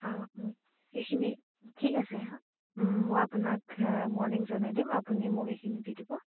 অঁ অঁ এইখিনি ঠিক আছে মই আপোনাক মৰ্ণিং জনাই দিম আপুনি মোক এইখিনি দি দিব